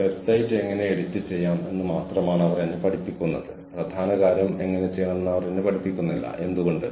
വ്യത്യസ്ത ഐഐടികളിൽ നിന്നുള്ള ഫാക്കൽറ്റി അംഗങ്ങളുടെ ഒരു ടീം ഒത്തുചേർന്ന് വിവിധ വിഷയങ്ങളിൽ കോഴ്സുകളുടെ ഒരു പരമ്പര വികസിപ്പിച്ചെടുത്തിട്ടുണ്ട്